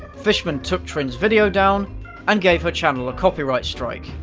fishman took trin's video down and gave her channel a copyright strike.